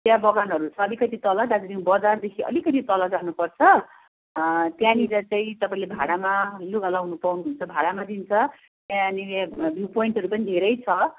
चिया बगानहरू छ अलिकति तल दार्जिलिङ बजारदेखि अलिकिति तल जानु पर्छ त्यहाँनिर चाहिँ तपाईँले भाडामा लुगा लाउनु पाउनुहुन्छ भाडामा दिन्छ त्यहाँनिर भ्यू पोइन्टहरू पनि धेरै छ